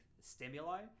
stimuli